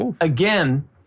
again